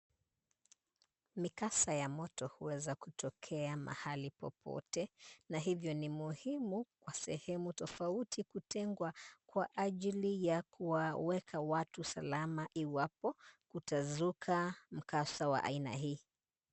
Mikasa ya moto, huweza kutokea mahali popote, na hivyo ni muhimu, kwa sehemu tofauti kutengwa kwa ajili ya kuwaweka watu salama, iwapo kutazuka mkasa wa aina hii.